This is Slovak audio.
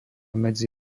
medzi